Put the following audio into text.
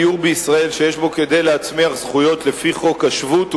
גיור בישראל שיש בו כדי להצמיח זכויות לפי חוק השבות הוא